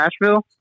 Nashville